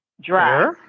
Dry